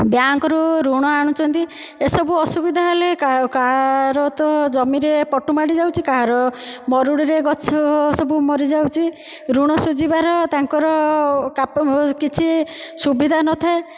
ବ୍ୟାଙ୍କରୁ ଋଣ ଆଣୁଛନ୍ତି ଏସବୁ ଅସୁବିଧା ହେଲେ କାହାର ତ ଜମିରେ ପଟୁ ମାଡ଼ିଯାଉଛି କାହାର ମରୁଡ଼ିରେ ଗଛ ସବୁ ମାରିଯାଉଛି ଋଣ ଶୁଝିବାର ତାଙ୍କର କିଛି ସୁବିଧା ନଥାଏ